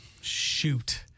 shoot